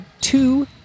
two